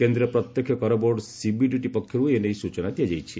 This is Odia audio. କେନ୍ଦ୍ରୀୟ ପ୍ରତ୍ୟକ୍ଷ କର ବୋର୍ଡ଼ ସିବିଡିଟି ପକ୍ଷରୁ ଏନେଇ ସୂଚନା ଦିଆଯାଇଛି